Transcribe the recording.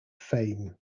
fame